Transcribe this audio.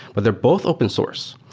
but they're both open source,